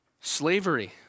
slavery